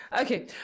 Okay